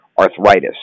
arthritis